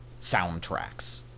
soundtracks